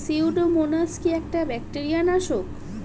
Pseudomonas কি একটা bacteria নাশক?